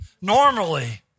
normally